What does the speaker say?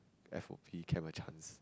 F_O_P camp a chance